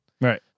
Right